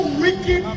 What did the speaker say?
wicked